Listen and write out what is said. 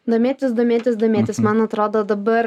domėtis domėtis domėtis man atrodo dabar